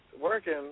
working